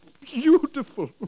beautiful